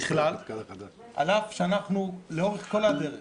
על אף שאנחנו לאורך כל הדרך